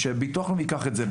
שביטוח לאומי ייקח את זה,